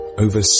Over